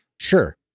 Sure